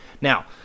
Now